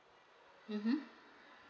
mmhmm